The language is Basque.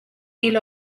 hil